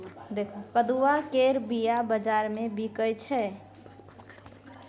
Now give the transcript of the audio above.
कदुआ केर बीया बजार मे बिकाइ छै